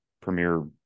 premier